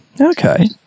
Okay